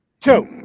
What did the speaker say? Two